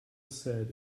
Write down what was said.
said